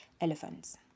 elephants